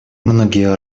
многие